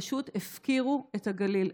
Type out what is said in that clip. פשוט הפקירו את הגליל,